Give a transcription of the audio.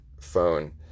phone